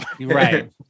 Right